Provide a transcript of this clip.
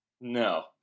No